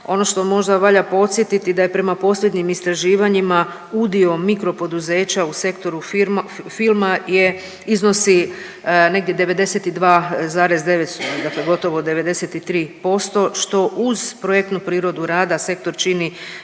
Ono što možda valja podsjetiti, da je prema posljednjim istraživanjima udio mikropoduzeća u sektoru filma je, iznosi negdje 92,9, dakle gotovo 93%, što uz projektnu prirodu rada, sektor čini